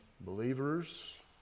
believers